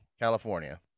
California